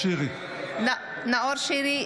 בעד אושר שקלים,